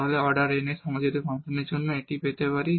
তাহলে আমরা order n এর সমজাতীয় ফাংশনের জন্য এটি পেতে পারি